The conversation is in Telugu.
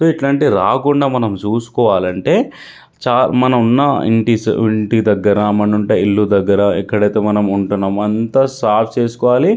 సో ఇట్లాంటివి రాకుండా మనం చూసుకోవాలంటే చా మనం ఉన్న ఇంటి స ఇంటి దగ్గర మనం ఉండే ఇల్లు దగ్గర ఎక్కడైతే మనం ఉంటున్నామో అంతా సాఫ్ చేసుకోవాలి